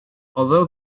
although